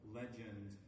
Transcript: legend